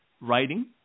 writing